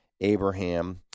Abraham